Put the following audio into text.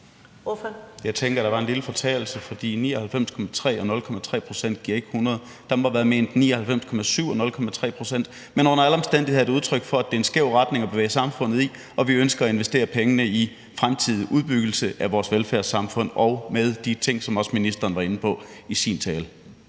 Jeg tænker, at der var en lille fortalelse, fordi 99,3 pct. og 0,3 pct. giver ikke 100 pct.; der må have været ment 99,7 pct. og 0,3 pct. Men under alle omstændigheder er det udtryk for, at det er en skæv retning at bevæge samfundet i, og vi ønsker at investere pengene i fremtidig udbyggelse af vores velfærdssamfund og med de ting, som ministeren også var inde på i sin tale.